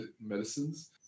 medicines